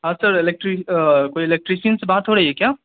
ہاں سر الیکٹری کوئی الیکٹریسئن سے بات ہو رہی ہے کیا